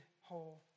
whole